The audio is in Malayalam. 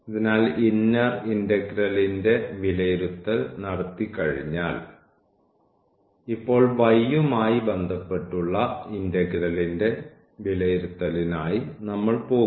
അതിനാൽ ഇന്നർ ഇന്റഗ്രലിന്റെ വിലയിരുത്തൽ നടത്തിക്കഴിഞ്ഞാൽ ഇപ്പോൾ y യുമായി ബന്ധപ്പെട്ട് ഉള്ള ഇന്റഗ്രലിന്റെ വിലയിരുത്തലിനായി നമ്മൾ പോകും